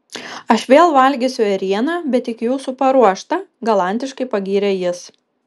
aš vėl valgysiu ėrieną bet tik jūsų paruoštą galantiškai pagyrė jis